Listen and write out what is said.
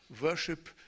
worship